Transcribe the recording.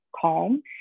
calm